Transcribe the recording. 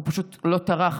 הוא פשוט לא טרח,